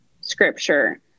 Scripture